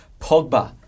Pogba